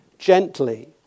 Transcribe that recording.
gently